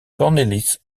cornelis